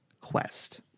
Quest